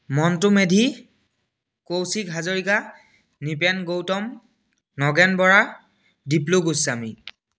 Montu Medhi Kaushik Hazarika Nripen Gautam Nagen Bora Diplu Goswami